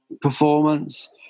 performance